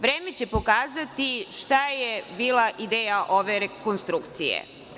Vreme će pokazati šta je bila ideja ove rekonstrukcije.